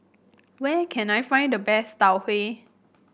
where can I find the best Tau Huay